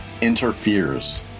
interferes